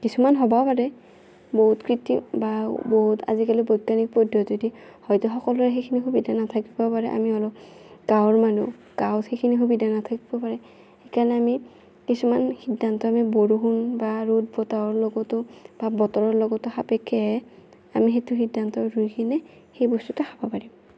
কিছুমান হ'ব পাৰে বহুত কৃত্ৰিম বা বহুত আজিকালি বৈজ্ঞানিক পদ্ধতিয়েদি হয়তো সকলোৰে সেইখিনি সুবিধা নাথাকিবাও পাৰে আমি হ'লো গাঁৱৰ মানুহ গাঁৱত সেইখিনি সুবিধা নাথাকিব পাৰে সেইকাৰণে আমি কিছুমান সিদ্ধান্ত আমি বৰষুণ বা ৰ'দ বতাহৰ লগতো বা বতৰৰ লগতো সাপেক্ষেহে আমি সেইটো সিদ্ধান্ত লৈ কিনে আমি সেই বস্তুটো খাব পাৰিম